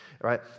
Right